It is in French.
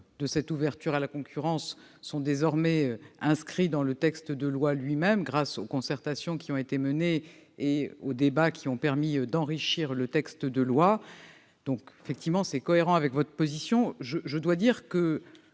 de l'ouverture à la concurrence sont désormais inscrits dans le texte de loi lui-même, grâce aux concertations qui ont été menées et aux débats qui ont permis d'enrichir le texte. L'amendement est cohérent avec votre position. Je comprends